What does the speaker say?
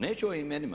Neću o imenima.